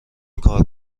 کار